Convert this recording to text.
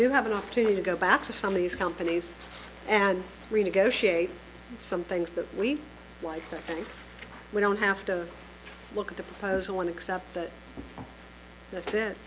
do have an opportunity to go back to some of these companies and renegotiate some things that we think we don't have to look at the proposal and accept that